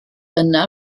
yna